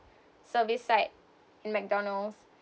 service side mcdonald's